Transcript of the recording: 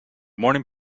morning